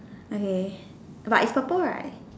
okay but it's purple right